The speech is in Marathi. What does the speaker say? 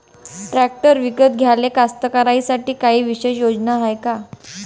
ट्रॅक्टर विकत घ्याले कास्तकाराइसाठी कायी विशेष योजना हाय का?